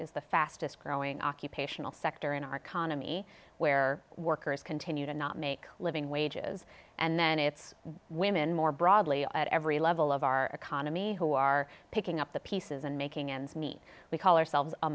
is the fastest growing occupational sector in our khana me where workers continue to not make living wages and then it's women more broadly at every level of our economy who are picking up the pieces and making ends meet we call ourselves a